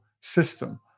system